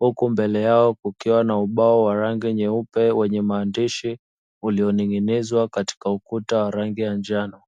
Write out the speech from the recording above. huku mbele yao kukiwa na ubao wa rangi nyeupe wenye maandishi ulioning'inizwa katika ukuta wa rangi ya njano.